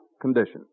condition